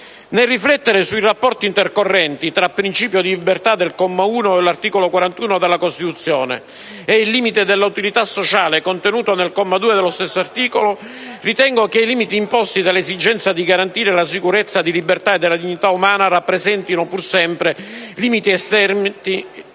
Nel riflettere sui rapporti intercorrenti tra il principio di libertà del comma 1 dell'articolo 41 della Costituzione ed il limite dell'utilità sociale contenuto nel comma 2 dello stesso articolo, ritengo che i limiti imposti dall'esigenza di garantire la sicurezza, la libertà e la dignità umana rappresentino, pur sempre, limiti esterni